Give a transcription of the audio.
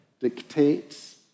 dictates